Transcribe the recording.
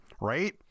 right